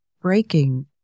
breaking